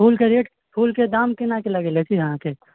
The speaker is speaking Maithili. फूलके रेट फूलके दाम केना कि लगेने छी अहाँके